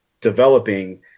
developing